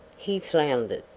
he floundered.